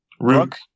rook